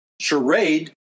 charade